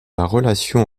relation